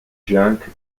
junk